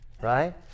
Right